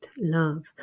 love